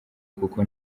kuko